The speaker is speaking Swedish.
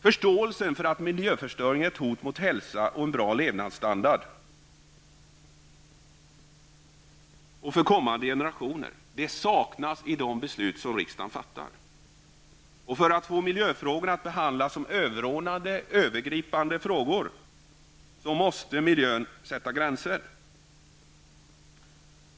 Förståelsen för att miljöförstöring är ett hot mot hälsa och en bra levnadsstandard för kommande generationer saknas i de beslut som riksdagen fattar. För att få miljöfrågorna att behandlas som överordnade måste miljön få sätta gränser.